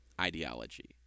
ideology